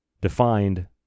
defined